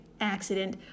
accident